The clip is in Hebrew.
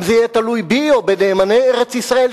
אם זה יהיה תלוי בי או בנאמני ארץ-ישראל,